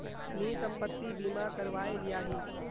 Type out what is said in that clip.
मी संपत्ति बीमा करवाए लियाही